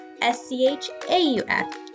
S-C-H-A-U-F